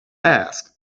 ask